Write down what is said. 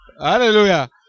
Hallelujah